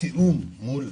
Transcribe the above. תיאום מול